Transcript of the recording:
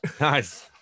nice